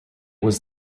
was